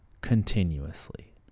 continuously